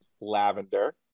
Lavender